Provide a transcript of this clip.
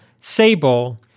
Sable